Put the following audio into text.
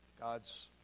God's